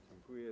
Dziękuję.